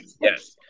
Yes